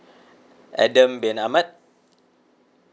adam bin ahmad